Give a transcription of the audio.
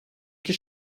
iki